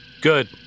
Good